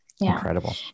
Incredible